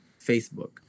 Facebook